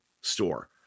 store